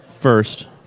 first